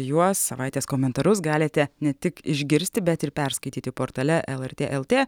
juos savaitės komentarus galite ne tik išgirsti bet ir perskaityti portale lrt lt